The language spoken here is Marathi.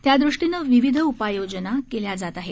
त्यादृष्टीनं विविध उपाय योजना केल्या जात आहेत